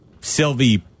Sylvie